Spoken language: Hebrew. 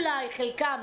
אולי חלקם,